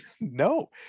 No